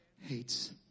hates